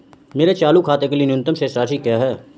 मेरे चालू खाते के लिए न्यूनतम शेष राशि क्या है?